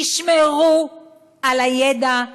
תשמרו על הידע,